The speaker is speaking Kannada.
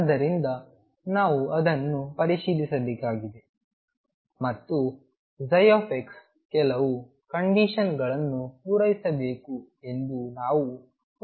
ಆದ್ದರಿಂದ ನಾವು ಅದನ್ನು ಪರಿಶೀಲಿಸಬೇಕಾಗಿದೆ ಮತ್ತು ψ ಕೆಲವು ಕಂಡೀಶನ್ ಗಳನ್ನು ಪೂರೈಸಬೇಕೆಂದು ನಾವು ಒತ್ತಾಯಿಸುತ್ತೇವೆ